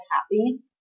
happy